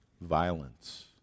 violence